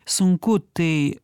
sunku tai